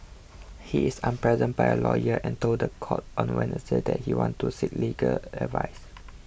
he is unrepresented by a lawyer and told the court on Wednesday that he wants to seek legal advice